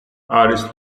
არის